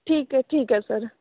ਠੀਕ ਹੈ ਠੀਕ ਹੈ ਸਰ